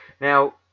now